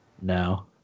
no